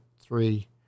three